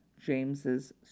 James's